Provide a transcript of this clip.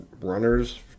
runners